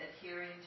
adhering